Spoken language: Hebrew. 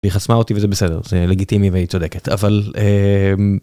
היא חסמה אותי וזה בסדר זה לגיטימי והיא צודקת אבל.